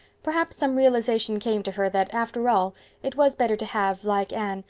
perhaps some realization came to her that after all it was better to have, like anne,